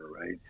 Right